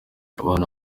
abana